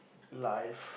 life